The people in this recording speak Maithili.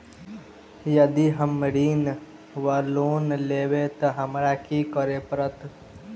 यदि हम ऋण वा लोन लेबै तऽ हमरा की करऽ पड़त?